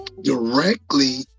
directly